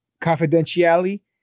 confidentially